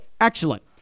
excellent